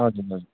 हजुर हजुर